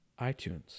iTunes